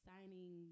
Signing